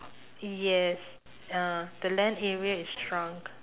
yes uh the land area is shrunk